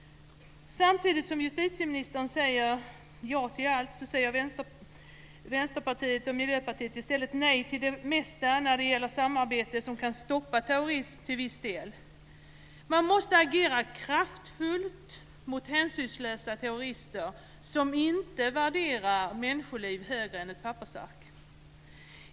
Samtidigt som justitieministern säger ja till allt säger Vänsterpartiet och Miljöpartiet i stället nej till det mesta när det gäller samarbete som kan stoppa terrorism till viss del. Man måste agera kraftfullt mot hänsynslösa terrorister som inte värderar människoliv högre än ett pappersark.